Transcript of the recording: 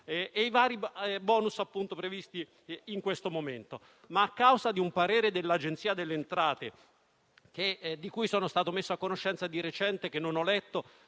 e i vari *bonus* previsti in questo momento. Tuttavia, mi riferiscono che un parere dell'Agenzia delle entrate - di cui sono stato messo a conoscenza di recente e che non ho letto